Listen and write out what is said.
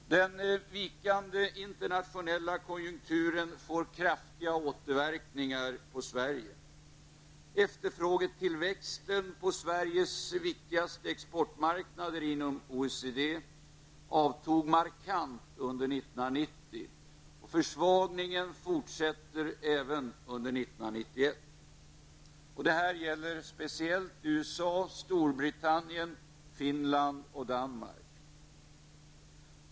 Den vikande internationella konjunkturen ger kraftiga återverkningar på Sverige. Efterfrågetillväxten på Sveriges viktigaste exportmarknader inom OECD avtog markant under 1990. Försvagningen fortsätter även under 1991. Detta gäller speciellt USA, Storbritannien, Finland och Danmark.